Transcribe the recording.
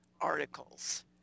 articles